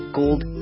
gold